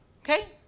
okay